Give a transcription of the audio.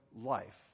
life